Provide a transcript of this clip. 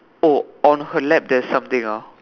oh on her lap there's something ah